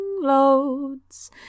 loads